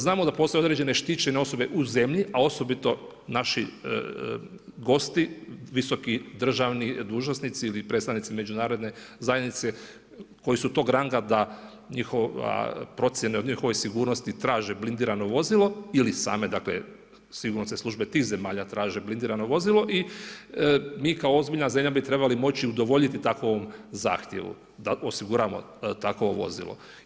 Znamo da postoje određen štićene osobe u zemlji, a osobito naši gosti visoki državni dužnosnici ili predstavnici međunarodne zajednice koji su tog ranga, da njihova procjena o njihovoj sigurnosti traže blindirano vozilo ili same sigurnosne službe tih zemalja traže blindirano vozilo i mi kao ozbiljna zemlja bi trebali moći udovoljiti takovom zahtjevu da osiguramo takvo vozilo.